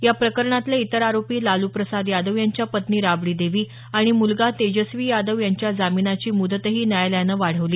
या प्रकरणातले इतर आरोपी लालू प्रसाद यादव यांच्या पत्नी राबडी देवी आणि मुलगा तेजस्वी यादव यांच्या जामिनाची मुदतही न्यायालयानं वाढवली